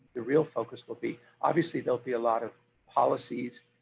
the real focus will be. obviously, there'll be a lot of policies.